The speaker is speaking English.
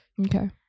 okay